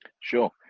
Sure